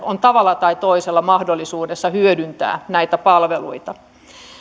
on tavalla tai toisella mahdollisuus hyödyntää näitä palveluita